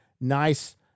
nice